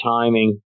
timing